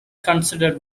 considered